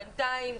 בינתיים,